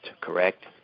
correct